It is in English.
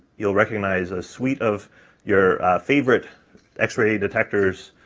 you'll recognize a suite of your favorite x-ray detectors,